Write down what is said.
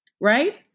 right